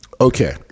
Okay